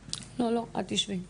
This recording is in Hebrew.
כן.